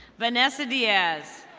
vanessa viez.